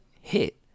hit